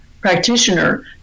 practitioner